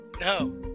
No